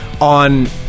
on